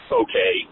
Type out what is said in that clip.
okay